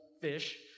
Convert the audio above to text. fish